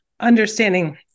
understanding